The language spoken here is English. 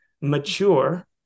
mature